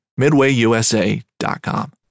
midwayusa.com